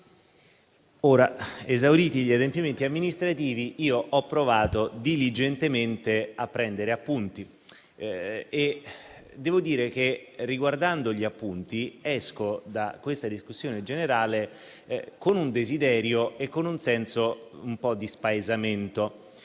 6. Esauriti gli adempimenti amministrativi, io ho provato diligentemente a prendere appunti. Devo dire che, riguardando tali appunti, esco da questa discussione con un desiderio e un senso un po' di spaesamento.